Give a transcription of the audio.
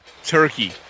turkey